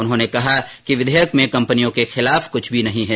उन्होंने कहा कि विधेयक में कंपनियों के खिलाफ कुछ भी नहीं है